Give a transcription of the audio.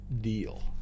deal